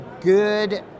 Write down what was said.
good